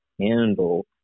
handle